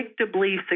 predictably